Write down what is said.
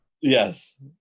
Yes